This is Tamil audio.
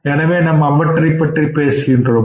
எனவே நாம் அவற்றைப் பற்றி பேசுகின்றோம்